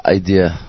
idea